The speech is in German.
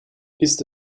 ist